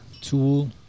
Tool